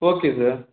okay sir